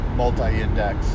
multi-index